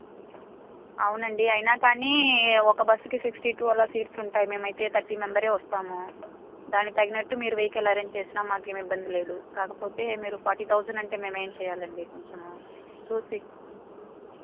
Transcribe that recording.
అవునండి అయిన కానీ ఒక బస్సుకి ఫిఫ్టీ టూ అలా సీట్స్ ఉంటాయి మేము అయితే థర్టీ మెంబర్స్ వస్తాము దాని తగినట్టు మీరు వెహికల్ ఆరెంజ్ చేసిన మాకేం ఇబ్బంది లేదు కాకపోతే మీరు ఫార్టీ థౌసండ్ అంటే మేము ఏమి చేయాలండి కొంచెం చూసి